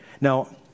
Now